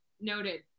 noted